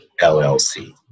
LLC